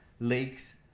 lakes,